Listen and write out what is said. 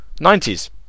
90s